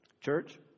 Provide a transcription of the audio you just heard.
Church